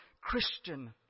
Christian